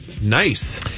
Nice